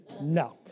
no